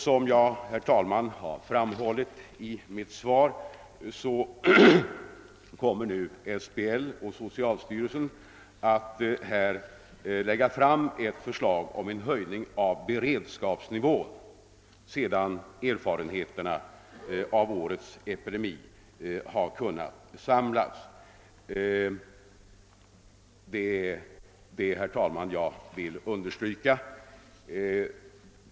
Som jag, herr talman, har framhållit i mitt svar kommer nu SBL och socialstyrelsen att lägga fram ett förslag om en höjning av beredskapsnivån härvidlag, sedan erfarenheterna av årets epidemi har kunnat samlas. Jag vill, herr talman, understryka detta.